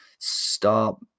stop